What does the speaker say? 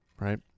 right